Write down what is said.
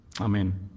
Amen